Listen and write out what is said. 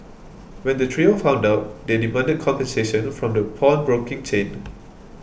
when the trio found out they demanded compensation from the pawnbroking chain